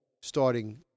starting